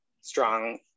strong